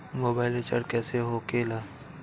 Mobile recharge कैसे होखे ला?